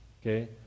Okay